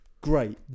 great